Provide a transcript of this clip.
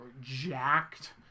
jacked